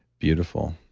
beautiful.